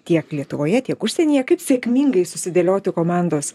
tiek lietuvoje tiek užsienyje kaip sėkmingai susidėlioti komandos